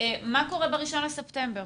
- מה קורה ב-1 בספטמבר.